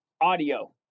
Audio